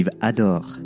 adore